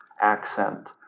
accent